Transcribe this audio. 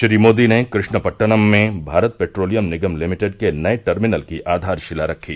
श्री मोदी ने कृष्णपट्टनम में भारत पेट्रोलियम निगम लिमिटेड के नए टर्मिनल की आधारशिला रखी